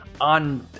on